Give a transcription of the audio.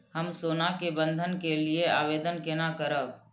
हम सोना के बंधन के लियै आवेदन केना करब?